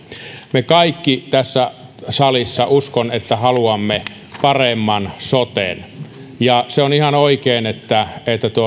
me kaikki tässä salissa uskon haluamme paremman soten ja se on ihan oikein että